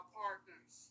partners